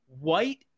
White